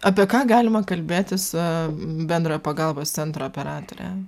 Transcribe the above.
apie ką galima kalbėti su bendrojo pagalbos centro operatore